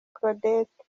claudette